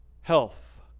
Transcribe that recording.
health